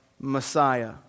Messiah